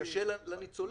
קשה לניצולים.